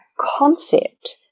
concept